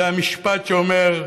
זה המשפט שאומר: